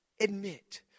admit